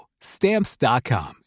Stamps.com